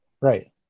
Right